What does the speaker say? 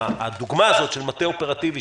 והדוגמה הזאת של מטה אופרטיבי,